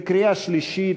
בקריאה שלישית,